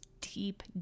deep